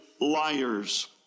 liars